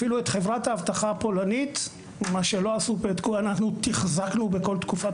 אפילו את חברת האבטחה הפולנית תחזקנו בכל תקופת